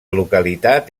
localitat